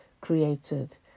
created